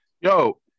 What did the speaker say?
Yo